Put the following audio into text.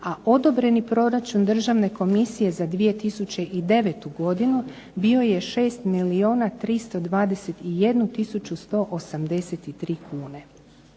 a odobreni proračun Državne komisije za 2009. godinu bio je 6 milijuna 321 tisuću 183 kune.